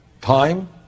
time